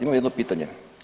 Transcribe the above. Imam jedno pitanje.